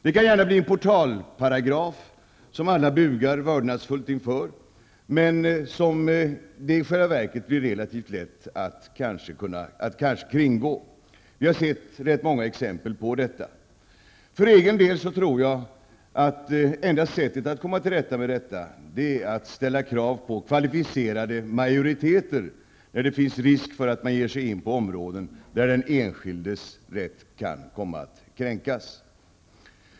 Det kan gärna bli en portalparagraf som alla bugar vördnadsfullt inför, men som det i själva verket blir relativt lätt att kringgå. Vi har sett rätt många exempel på detta. För egen del tror jag att enda sättet att komma till rätta med detta är att ställa krav på kvalificerade majoriteter när det finns risk för att man ger sig in på områden där den enskildes rätt kan komma att kränkas.